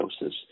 doses